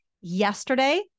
yesterday